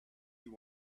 you